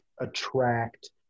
attract